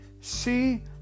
See